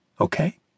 okay